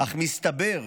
אך מסתבר,